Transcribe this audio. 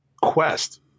quest